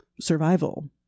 survival